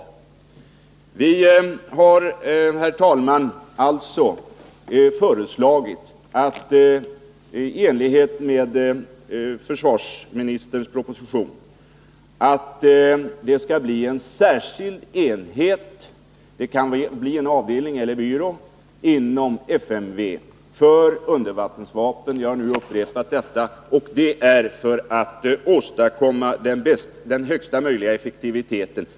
Vi har alltså, herr talman, i enlighet med försvarsministerns proposition föreslagit en särskild enhet, t.ex. en avdelning eller en byrå, för undervattensvapen inom FMV för att åstadkomma högsta möjliga effektivitet.